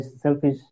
selfish